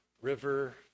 River